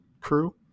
crew